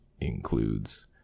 includes